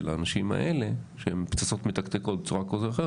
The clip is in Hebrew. האנשים האלה שהם פצצות מתקתקות בצורה כזאת או אחרת